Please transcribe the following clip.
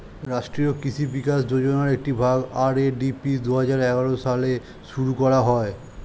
রাষ্ট্রীয় কৃষি বিকাশ যোজনার একটি ভাগ, আর.এ.ডি.পি দুহাজার এগারো সালে শুরু করা হয়